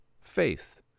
faith